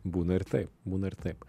būna ir taip būna ir taip